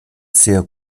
sehr